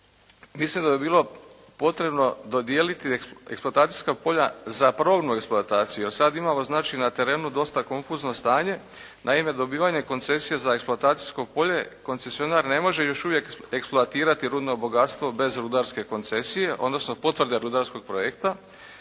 mislim da bi bilo potrebno dodijeliti eksploatacijska polja za probnu eksploataciju, jer sada imamo znači na terenu dosta konfuzno stanje, naime, dobivanje koncesije za eksploatacijsko polje, koncesionar ne može još uvijek eksploatirati rudno bogatstvo bez rudarske koncesije, odnosno potvrde rudarskog projekta,